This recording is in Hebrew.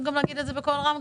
הם נמחקו ממצבת כלי הרכב.